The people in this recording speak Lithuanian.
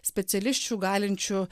specialisčių galinčių